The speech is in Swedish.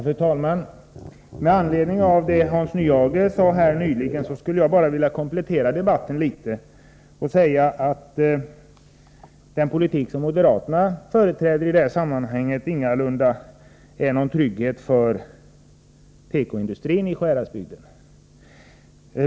Fru talman! Med anledning av det Hans Nyhage sade skulle jag bara vilja komplettera debatten med att säga att den politik som moderaterna företräder i det här sammanhanget ingalunda innebär någon trygghet för tekoindustrin i Sjuhäradsbygden.